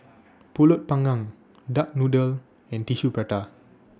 Pulut Panggang Duck Noodle and Tissue Prata